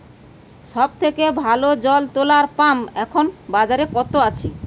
সব থেকে ভালো জল তোলা পাম্প এখন বাজারে কত আছে?